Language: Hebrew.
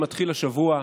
שמתחיל השבוע,